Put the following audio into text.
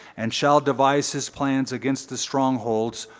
and shall device his plans against the strongholds